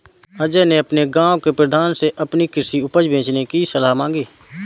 अजय ने अपने गांव के प्रधान से अपनी कृषि उपज बेचने की सलाह मांगी